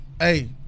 Hey